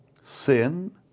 sin